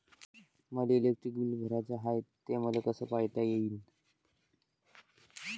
मले electric bill भराचं हाय, ते मले कस पायता येईन?